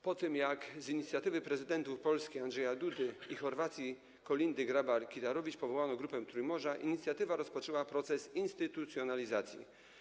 Po tym, jak z inicjatywy prezydentów Polski Andrzeja Dudy i Chorwacji Kolindy Grabar-Kitarović powołano grupę Trójmorza, inicjatywa rozpoczęła proces instytucjonalizacji.